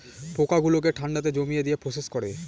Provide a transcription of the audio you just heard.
পোকা গুলোকে ঠান্ডাতে জমিয়ে দিয়ে প্রসেস করে